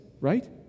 right